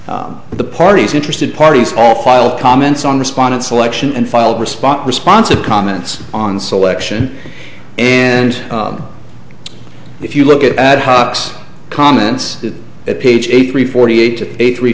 and the parties interested parties all filed comments on respondent selection and filed response response of comments on selection and if you look at ad hoc comments at page eight three forty eight eight three